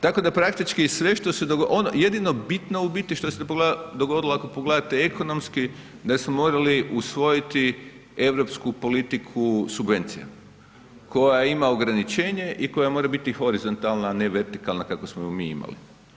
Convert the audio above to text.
Tako da praktički sve što se dogodilo, ono jedino bitno u biti što se dogodilo ako pogledate ekonomski da smo morali usvojiti europsku politiku subvencija koja ima ograničenje i koja mora biti horizontalna, a ne vertikalna kako smo ju mi imali.